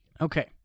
okay